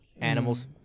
Animals